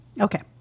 Okay